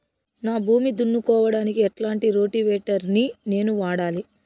నా భూమి దున్నుకోవడానికి ఎట్లాంటి రోటివేటర్ ని నేను వాడాలి?